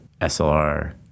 SLR